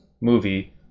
movie